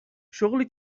شغلی